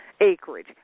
acreage